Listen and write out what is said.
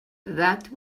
that